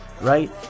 right